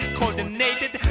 coordinated